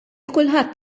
kulħadd